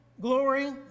glory